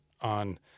on